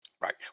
Right